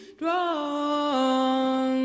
drawn